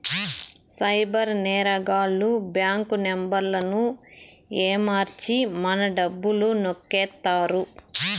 cyber నేరగాళ్లు bank నెంబర్లను ఏమర్చి మన డబ్బులు నొక్కేత్తారు